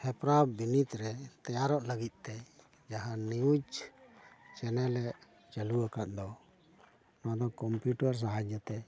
ᱦᱮᱯᱨᱟᱣ ᱵᱤᱱᱤᱰ ᱨᱮ ᱛᱮᱭᱟᱨᱚᱜ ᱞᱟᱹᱜᱤᱫ ᱛᱮ ᱡᱟᱦᱟᱸ ᱱᱤᱭᱩᱡ ᱪᱮᱱᱮᱞᱮ ᱪᱟᱹᱞᱩ ᱟᱠᱟᱫ ᱫᱚ ᱱᱚᱶᱟ ᱫᱚ ᱠᱩᱢᱯᱤᱭᱩᱴᱟᱨ ᱥᱟᱦᱟᱡᱡᱚᱛᱮ